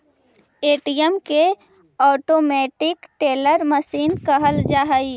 ATM के automated teller machine कहल जा हइ